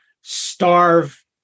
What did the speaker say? starve